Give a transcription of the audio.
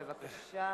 בבקשה.